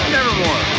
Nevermore